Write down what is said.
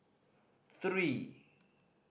three